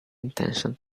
intention